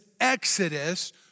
exodus